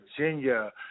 Virginia